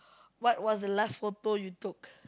what was the last photo you took